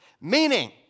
Meaning